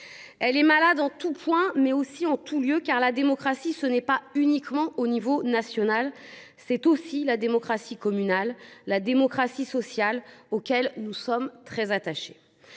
Elle est malade en tout point, mais aussi en tous lieux, car la démocratie ne se pratique pas uniquement à l’échelle nationale : elle est aussi la démocratie communale et la démocratie sociale, auxquelles nous sommes très attachés.